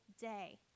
day